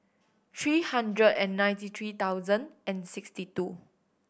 three hundred and ninety three thousand and sixty two